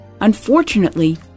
Unfortunately